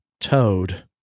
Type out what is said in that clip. Toad